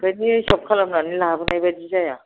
ओंखायनो हिसाब खालामनानै लाबोनाय बायदि जाया